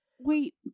Wait